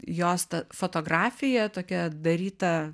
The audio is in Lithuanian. jos ta fotografija tokia daryta